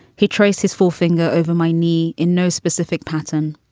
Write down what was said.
he traced his forefinger over my knee in no specific pattern.